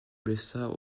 blessa